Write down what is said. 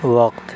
وقت